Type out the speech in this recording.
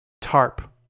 tarp